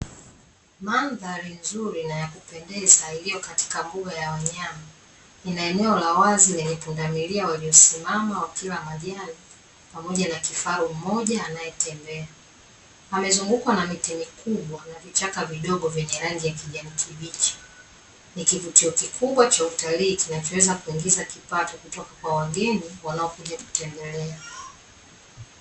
Mandhari nzuri na ya kupendeza iliyo katika mbuga ya wanyama ina eneo la wazi na lina pundamilia waliosimama wakila majani, pamoja na kifaru moja anayetembea. Amezungukwa na miti mikubwa na vichaka vidogo vyenye rangi ya kijani kibichi. Ni kivutio kikubwa cha utalii kinachoweza kuingiza kipato kutoka kwa wageni wanaokuja kutembelea.